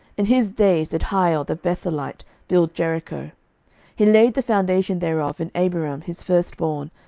in his days did hiel the bethelite build jericho he laid the foundation thereof in abiram his firstborn,